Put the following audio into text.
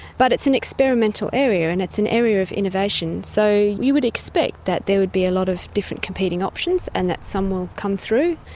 but it's an experimental area and it's an area of innovation. so you would expect that there would be a lot of different competing options and that some will come through.